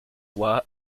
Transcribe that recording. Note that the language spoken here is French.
droit